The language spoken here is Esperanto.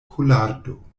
kolardo